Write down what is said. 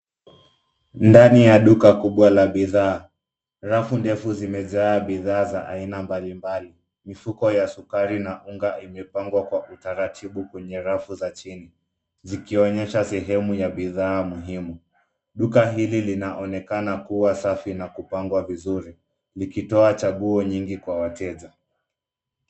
Ndani ya duka kubwa la bidhaa, rafu ndefu zimejaa bidhaa za aina mbalimbali. Mifuko ya sukari na unga imepangwa kwa utaratibu kwenye rafu za chini, zikionyesha sehemu ya bidhaa muhimu. Duka hili linaonekana kuwa safi na kupangwa vizuri, likitoa chaguo nyingi kwa wateja.